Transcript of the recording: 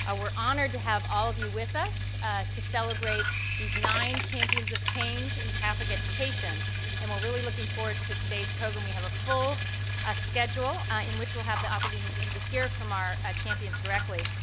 ah we're honored to have all of you with us to celebrate these nine champions of change in catholic education and we're really looking forward to today's program. we have a full ah schedule in which we'll have the opportunity to hear from our ah champions directly.